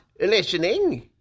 Listening